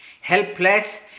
Helpless